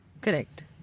Correct